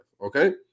okay